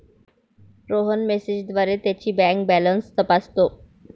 रोहन मेसेजद्वारे त्याची bank balance तपासतो